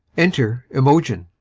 enter imogen